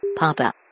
Papa